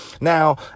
Now